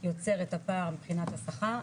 יוצר את הפער מחינת השכר,